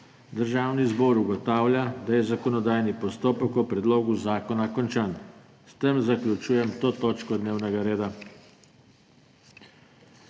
Državni zbor ugotavlja, da je zakonodajni postopek o predlogu zakona končan. S tem zaključujem to točko dnevnega reda.